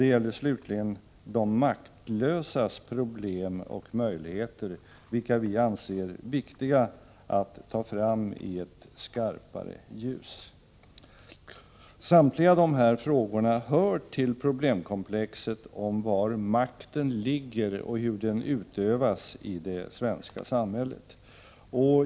Det gäller slutligen de maktlösas problem och möjligheter, vilka vi anser viktiga att ta fram i ett skarpare ljus. Samtliga dessa frågor hör till problemkomplexet om var makten ligger och hur den utövas i det svenska samhället.